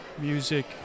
music